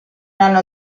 anno